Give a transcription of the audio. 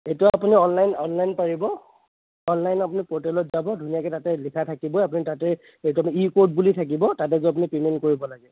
এইটো আপোনাৰ online online পাৰিব অনলাইন আপুনি পৰ্টেলত যাব ধুনীয়াকৈ তাতেই লিখা থাকিবই আপুনি তাতেই ই কৰ্ড বুলি থাকিব তাতে গৈ আপুনি পে'মেণ্ট কৰিব লাগে